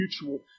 mutual